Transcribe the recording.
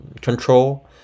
control